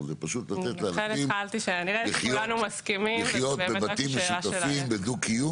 אלא פשוט לתת לאנשים לחיות בבתים משותפים בדו-קיום